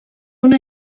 una